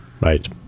Right